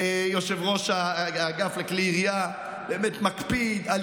יושב-ראש האגף לכלי ירייה באמת מקפיד על